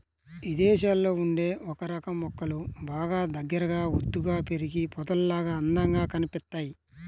ఇదేశాల్లో ఉండే ఒకరకం మొక్కలు బాగా దగ్గరగా ఒత్తుగా పెరిగి పొదల్లాగా అందంగా కనిపిత్తయ్